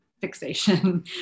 fixation